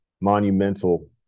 monumental